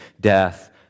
death